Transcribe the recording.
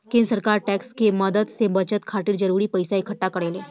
केंद्र सरकार टैक्स के मदद से बजट खातिर जरूरी पइसा इक्कठा करेले